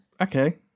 Okay